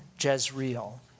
Jezreel